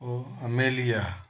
पे Amelia